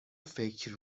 فکر